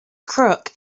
crook